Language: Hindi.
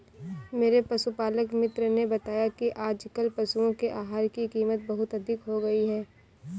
मेरे पशुपालक मित्र ने बताया कि आजकल पशुओं के आहार की कीमत बहुत अधिक हो गई है